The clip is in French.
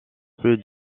plus